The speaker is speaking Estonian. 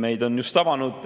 Meid on just tabanud